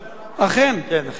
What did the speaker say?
אכן כן.